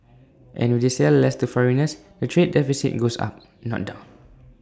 and if they sell less to foreigners the trade deficit goes up not down